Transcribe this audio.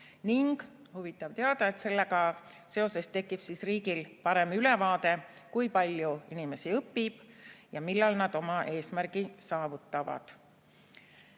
jne. Huvitav teada, et sellega seoses tekib riigil parem ülevaade, kui palju inimesi õpib ja millal nad oma eesmärgi saavutavad.